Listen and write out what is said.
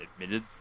admitted